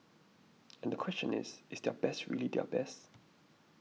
and the question is is their best really their best